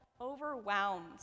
overwhelmed